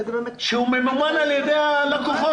שממומן על ידי הלקוחות.